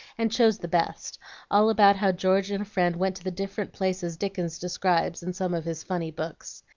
and chose the best all about how george and a friend went to the different places dickens describes in some of his funny books.